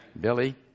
Billy